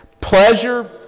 Pleasure